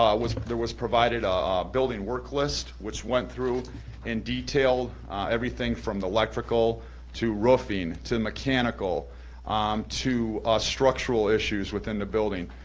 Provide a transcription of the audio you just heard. um there was provided a building work list, which went through in detail everything from the electrical to roofing to mechanical to structural issues within the building,